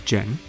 Jen